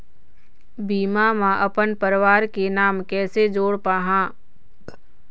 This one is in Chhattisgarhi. बीमा म अपन परवार के नाम कैसे जोड़ पाहां?